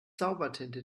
zaubertinte